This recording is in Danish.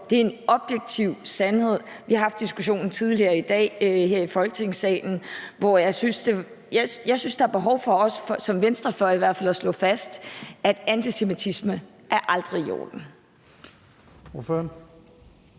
det er en objektiv sandhed. Vi har haft diskussionen tidligere i dag her i Folketingssalen. Jeg synes, der er behov for for os som venstrefløj i hvert fald at slå fast, at antisemitisme aldrig er i orden.